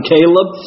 Caleb